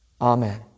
Amen